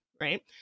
right